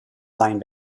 line